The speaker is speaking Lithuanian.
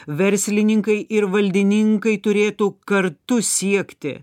verslininkai ir valdininkai turėtų kartu siekti